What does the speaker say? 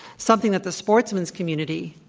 something that the sportsmen community,